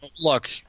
Look